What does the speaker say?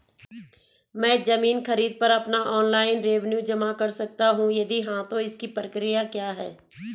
मैं ज़मीन खरीद पर अपना ऑनलाइन रेवन्यू जमा कर सकता हूँ यदि हाँ तो इसकी प्रक्रिया क्या है?